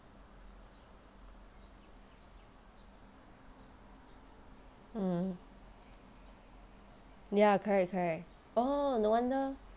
mm ya correct correct orh no wonder